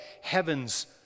heaven's